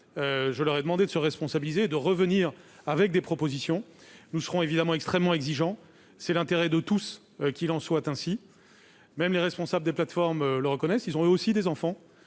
je leur ai demandé de se responsabiliser et de revenir avec des propositions. Nous serons extrêmement exigeants, il y va de l'intérêt de tous. Même les responsables des plateformes le reconnaissent : ils ont, eux aussi, des enfants.